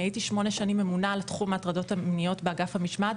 אני הייתי שמונה שנים ממונה על תחום ההטרדות המיניות באגף המשמעת,